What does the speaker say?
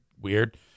weird